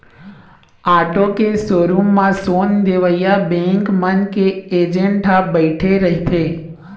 auto के showroom म loan देवइया बेंक मन के एजेंट ह बइठे रहिथे